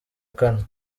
kane